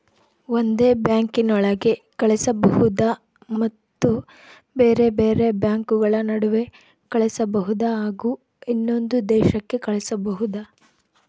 ಒಂದೇ ಬ್ಯಾಂಕಿನೊಳಗೆ ಕಳಿಸಬಹುದಾ ಮತ್ತು ಬೇರೆ ಬೇರೆ ಬ್ಯಾಂಕುಗಳ ನಡುವೆ ಕಳಿಸಬಹುದಾ ಹಾಗೂ ಇನ್ನೊಂದು ದೇಶಕ್ಕೆ ಕಳಿಸಬಹುದಾ?